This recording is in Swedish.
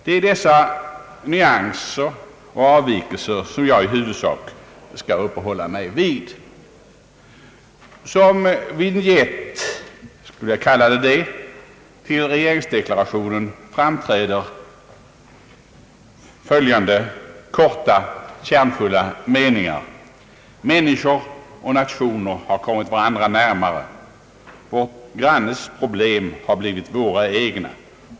Det är dessa nyansskillnader och avvikelser jag i huvudsak skall uppehålla mig vid. Som vinjett till regeringsdeklarationen står följande korta och kärnfulla meningar: »Människor och nationer har kommit varandra närmare. Vår grannes problem har blivit våra egna.